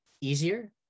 easier